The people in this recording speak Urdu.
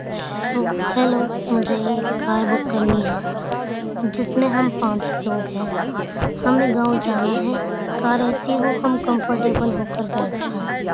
ہیلو ہیلو مجھے ایک کار بک کرنی ہے جس میں ہم پانچ لوگ ہیں ہمیں گاؤں جانا ہے کار ایسی ہو ہم کمفرٹیبل ہو کر بیٹھ جائیں